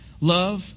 love